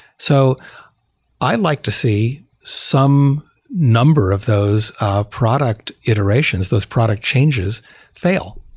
so i like to see some number of those ah product iterations, those product changes fail,